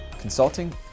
consulting